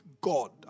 God